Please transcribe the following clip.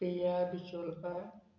Priya Bicholkar